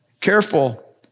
Careful